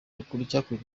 hakurikijwe